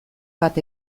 bat